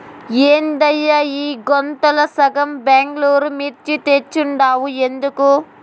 ఏందయ్యా ఈ గోతాంల సగం బెంగళూరు మిర్చి తెచ్చుండావు ఎందుకు